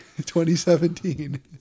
2017